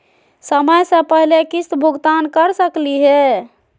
समय स पहले किस्त भुगतान कर सकली हे?